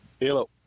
Hello